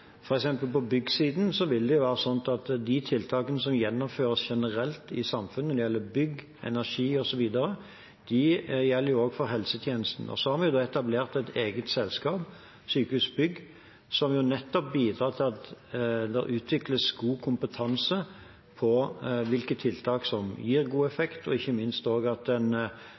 på byggsiden vil det være slik at de tiltakene som gjennomføres generelt i samfunnet når det gjelder bygg, energi osv., også gjelder for helsetjenesten. Vi har etablert et eget selskap, Sykehusbygg, som nettopp bidrar til at det utvikles god kompetanse på hvilke tiltak som gir god effekt, og ikke minst at en sikrer at gode resultater brukes i forbindelse med nye bygg. Slik kan en